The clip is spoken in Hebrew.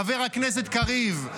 חבר הכנסת קריב,